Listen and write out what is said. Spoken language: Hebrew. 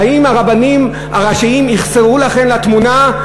האם הרבנים הראשיים יחסרו לכם לתמונה?